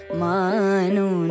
manu